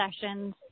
sessions